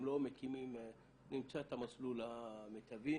נמצא את המסלול המיטבי.